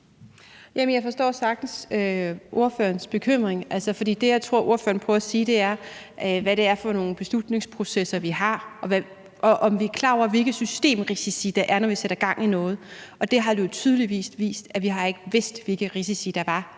forstå ordførerens bekymring. For det, jeg tror ordføreren prøver at sige, er det med, hvad det er for nogle beslutningsprocesser, vi har, og om vi er klar over, hvilke systemrisici der er, hvis vi sætter gang i noget. Og det har jo tydeligvis vist sig, at vi ikke har vidst, hvilke risici der var